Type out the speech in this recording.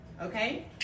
okay